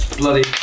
Bloody